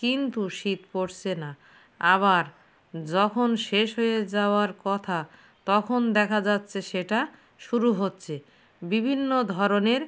কিন্তু শীত পড়ছে না আবার যখন শেষ হয়ে যাওয়ার কথা তখন দেখা যাচ্ছে সেটা শুরু হচ্ছে বিভিন্ন ধরনের